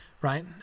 right